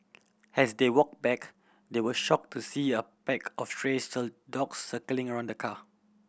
as they walk back they were shocked to see a pack of stray still dogs circling around the car